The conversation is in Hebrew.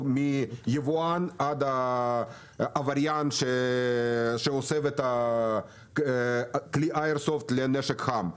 מהיבואן עד העבריין שמסב כלי איירסופט לנשק חם.